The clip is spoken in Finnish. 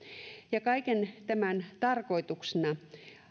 kaiken tämän tarkoituksena